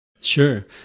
Sure